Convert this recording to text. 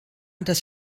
das